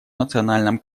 национальном